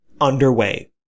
underway